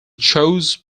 chose